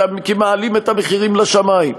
כי מעלים את המחירים לשמים.